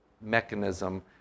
mechanism